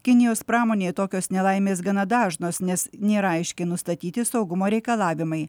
kinijos pramonėje tokios nelaimės gana dažnos nes nėra aiškiai nustatyti saugumo reikalavimai